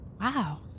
Wow